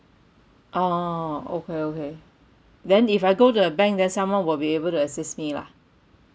orh okay okay then if I go to a bank then someone will be able to assist me lah